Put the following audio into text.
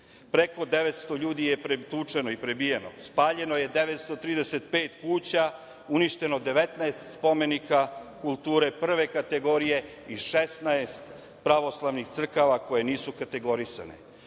preko 900 ljudi je pretučeno i prebijeno, spaljeno je 935 kuća, uništeno 19 spomenika kulture prve kategorije i 16 pravoslavnih crkava, koje nisu kategorisane.